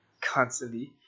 constantly